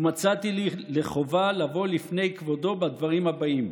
ומצאתי לי לחובה לבוא לפני כבודו בדברים הבאים: